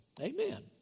Amen